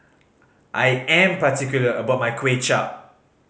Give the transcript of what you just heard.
I am particular about my Kuay Chap